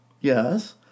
yes